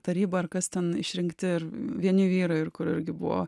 taryba ar kas ten išrinkti ir vieni vyrai ir kur irgi buvo